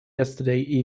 yesterday